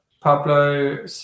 Pablo